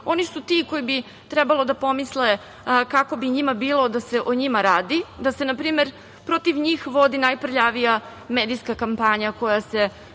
oni su ti koji bi trebalo da pomisle kako bi njima bilo da se o njima radi, da se, na primer, protiv njih vodi najprljavija medijska kampanja koja se